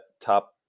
top